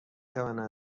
توانم